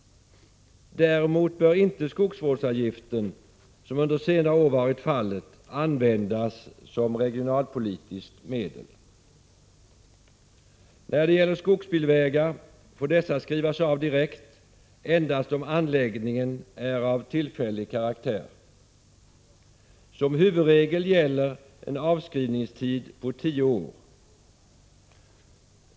Däremot bör inte skogsvårdsavgiften, som under senare år varit fallet, användas som regionalpolitiskt medel. När det gäller skogsbilvägar får dessa skrivas av direkt endast om anläggningen är av tillfällig karaktär. Som huvudregel gäller en avskrivningstid på tio år.